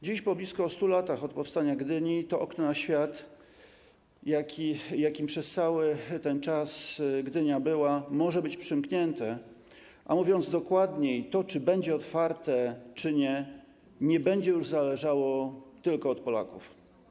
Dziś po blisko 100 latach od powstania Gdyni to okno na świat, jakim przez cały ten czas Gdynia była, może być przymknięte, a mówiąc dokładniej to, czy będzie otwarte, czy nie, nie będzie już zależało tylko od Polaków.